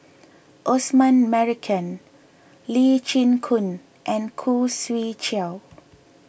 Osman Merican Lee Chin Koon and Khoo Swee Chiow